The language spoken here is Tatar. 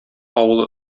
авылы